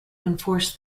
enforce